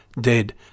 Dead